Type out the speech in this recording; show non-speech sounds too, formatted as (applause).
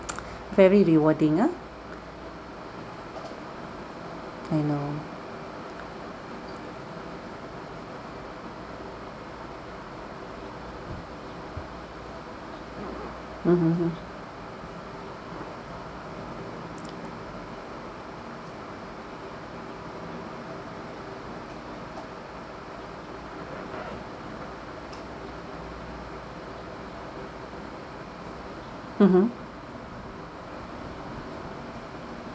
(noise) very rewarding ah I know mmhmm hmm mmhmm